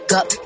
up